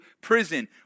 prison